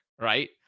right